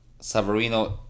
Savarino